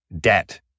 debt